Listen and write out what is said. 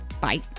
bye